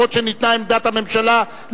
גם אם ניתנה עמדת הממשלה.